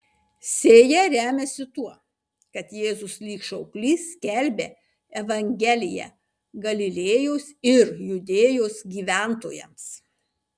sėja remiasi tuo kad jėzus lyg šauklys skelbia evangeliją galilėjos ir judėjos gyventojams